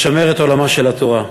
לשמר את עולמה של התורה.